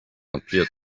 appeared